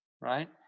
right